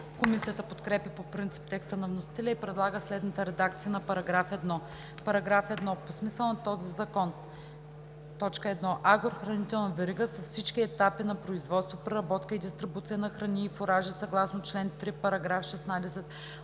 Комисията подкрепя по принцип текста на вносителя и предлага следната редакция на § 1: „§ 1. По смисъла на този закон: 1. „Агрохранителна верига“ са всички етапи на производство, преработка и дистрибуция на храни и фуражи съгласно чл. 3, параграф 16